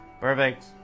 Perfect